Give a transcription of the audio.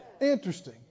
Interesting